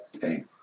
hey